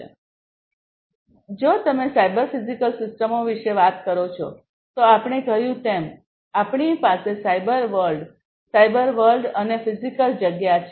તેથી જો તમે સાયબર ફિઝિકલ સિસ્ટમો વિશે વાત કરો છો તો આપણે કહ્યું તેમ આપણી પાસે સાયબર વર્લ્ડ સાયબર વર્લ્ડ અને ફિઝિકલ જગ્યા છે